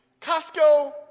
Costco